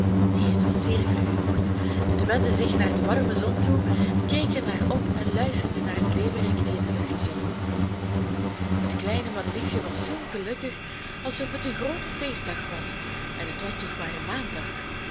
neen het was zeer vergenoegd het wendde zich naar de warme zon toe keek er naar op en luisterde naar den leeuwerik die in de lucht zong het kleine madeliefje was zoo gelukkig alsof het een groote feestdag was en het was toch maar een maandag